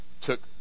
took